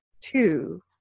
two